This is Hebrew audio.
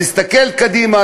להסתכל קדימה,